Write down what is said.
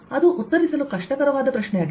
ಅದು ಉತ್ತರಿಸಲು ಕಷ್ಟಕರವಾದ ಪ್ರಶ್ನೆಯಾಗಿದೆ